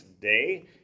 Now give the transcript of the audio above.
day